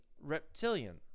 reptilian